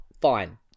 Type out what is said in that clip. fine